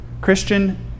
Christian